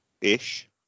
Ish